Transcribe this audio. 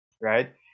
right